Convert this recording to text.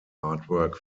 artwork